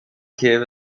cave